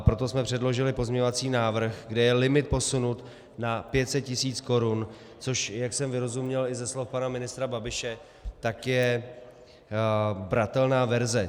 Proto jsme předložili pozměňovací návrh, kde je limit posunut na 500 tis. korun, což, jak jsem vyrozuměl i ze slov pana ministra Babiše, je bratelná verze.